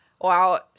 wow